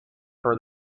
for